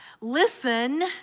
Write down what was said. listen